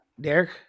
Derek